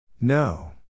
No